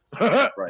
right